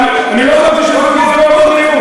אני לא מרגיש שהולכים לפגוע במיעוט.